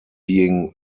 being